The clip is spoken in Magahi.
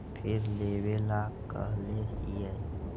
फिर लेवेला कहले हियै?